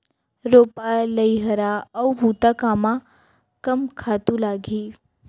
रोपा, लइहरा अऊ बुता कामा कम खातू लागही?